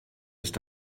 ist